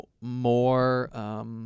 more